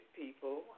people